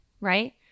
right